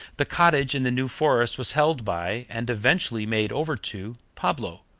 the cottage in the new forest was held by, and eventually made over to, pablo,